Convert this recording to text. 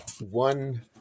one